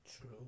True